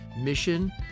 mission